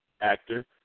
actor